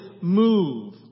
move